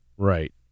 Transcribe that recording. Right